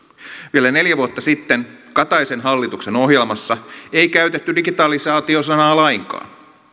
vielä neljä vuotta sitten kataisen hallituksen ohjelmassa ei käytetty digitalisaatio sanaa lainkaan